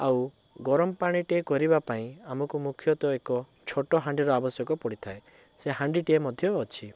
ଆଉ ଗରମ ପାଣି ଟିଏ କରିବା ପାଇଁ ଆମକୁ ମୁଖ୍ୟତଃ ଏକ ଛୋଟ ହାଣ୍ଡିର ଆବଶ୍ୟକ ପଡ଼ିଥାଏ ସେ ହାଣ୍ଡିଟିଏ ମଧ୍ୟ ଅଛି